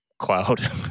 cloud